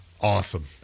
Awesome